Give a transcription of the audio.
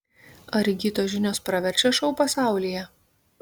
ar įgytos žinios praverčia šou pasaulyje